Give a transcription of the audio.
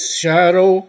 shadow